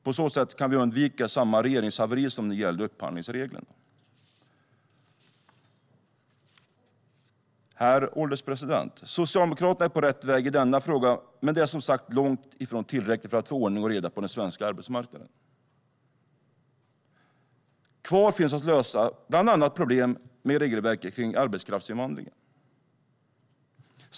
På så sätt kan vi undvika samma regeringshaveri som blev med upphandlingsreglerna. Herr ålderspresident! Socialdemokraterna är på rätt väg i denna fråga, men detta är som sagt långt ifrån tillräckligt för att få ordning och reda på den svenska arbetsmarknaden. Kvar att lösa finns bland annat problem med regelverket om arbetskraftsinvandring.